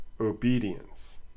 obedience